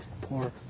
Poor